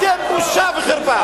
אתם בושה וחרפה.